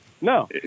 No